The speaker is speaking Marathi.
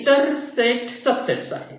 इतर सेट सबसेट आहेत